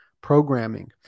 programming